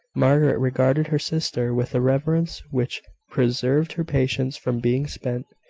margaret regarded her sister with a reverence which preserved her patience from being spent,